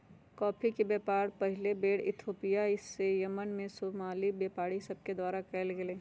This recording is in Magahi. कॉफी के व्यापार पहिल बेर इथोपिया से यमन में सोमाली व्यापारि सभके द्वारा कयल गेलइ